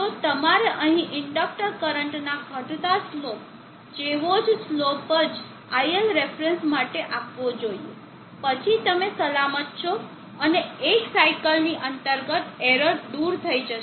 તો તમારે અહીં ઇન્ડકટર કરંટના ઘટતા સ્લોપ જેવો જ સ્લોપ જ iLref માટે આપવો જોઈએ પછી તમે સલામત છો અને એક સાઇકલની અંતર્ગત એરર દૂર થઈ જશે